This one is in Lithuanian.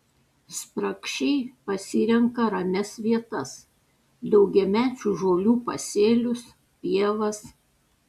spragšiai pasirenka ramias vietas daugiamečių žolių pasėlius pievas